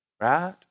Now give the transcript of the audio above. Right